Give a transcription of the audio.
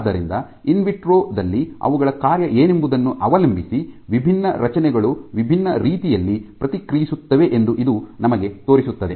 ಆದ್ದರಿಂದ ಇನ್ವಿಟ್ರೊ ದಲ್ಲಿ ಅವುಗಳ ಕಾರ್ಯ ಏನೆಂಬುದನ್ನು ಅವಲಂಬಿಸಿ ವಿಭಿನ್ನ ರಚನೆಗಳು ವಿಭಿನ್ನ ರೀತಿಯಲ್ಲಿ ಪ್ರತಿಕ್ರಿಯಿಸುತ್ತವೆ ಎಂದು ಇದು ನಿಮಗೆ ತೋರಿಸುತ್ತದೆ